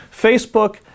Facebook